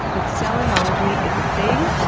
but selenology, it's a thing,